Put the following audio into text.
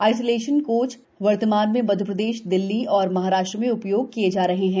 isolation coach वर्तमान में मध्य प्रदेश दिल्ली और महाराष्ट्र में उ योग किए जा रहे हैं